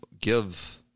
give